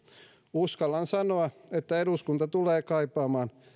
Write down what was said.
uskallan sanoa että eduskunta tulee kaipaamaan